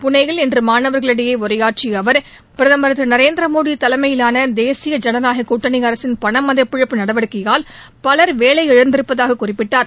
புனேயில் இன்றமாணவர்களிடையேஉரையாயற்றியஅவர் பிரதமர் திருநரேந்திரமோடிதலைமயிலானதேசிய ஜனநாயககூட்டணிஅரசின் பணமதிப்பிழப்பு நடவடிக்யைால் பலர் வேலையிழந்திருப்பதாககுறிப்பிட்டார்